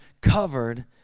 covered